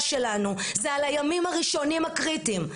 שלנו היא על הימים הראשונים הקריטיים.